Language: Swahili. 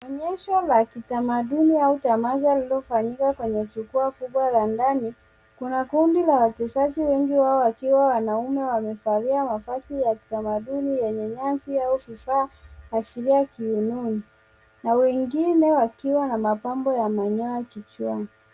Onyesho la kitamaduni au tamasha lililofanyika kwenye jukwaa kubwa la ndani. Kuna kundi la wachezaji wengi wao wakiwa wanaume wamevalia mavazi ya kitamaduni yenye nyasi au vifaa asilia kiunoni na wengine wakuwa na mapambo ya manyoya kichwani.